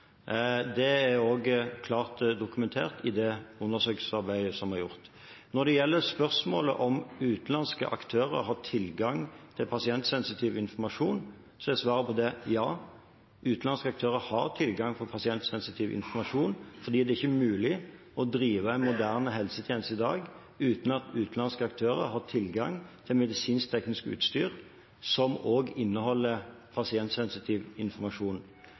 Det er også klart dokumentert i det undersøkelsesarbeidet som er gjort. Når det gjelder spørsmålet om hvorvidt utenlandske aktører har tilgang til pasientsensitiv informasjon, er svaret på det ja: Utenlandske aktører har tilgang til pasientsensitiv informasjon, fordi det ikke er mulig å drive en moderne helsetjeneste i dag uten at utenlandske aktører har tilgang til medisinsk-teknisk utstyr som også inneholder pasientsensitiv informasjon.